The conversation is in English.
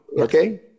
okay